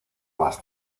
más